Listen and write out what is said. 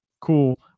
cool